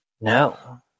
No